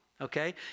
okay